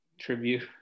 tribute